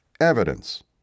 evidence